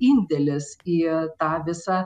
indėlis į tą visą